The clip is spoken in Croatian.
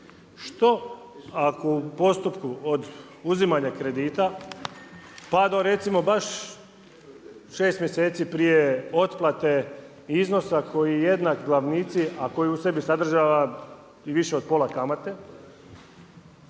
što ako u postupku od uzimanja kredita pa do recimo baš 6 mjeseci prije otplate i iznosa koji je jednak glavnici a koji u sebi sadržava i više od pola kamate